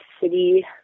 City